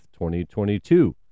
2022